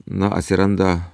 na atsiranda